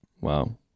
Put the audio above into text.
Wow